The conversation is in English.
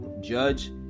Judge